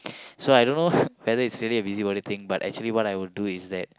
so I don't know whether is really a busy body thing but actually what I will do is that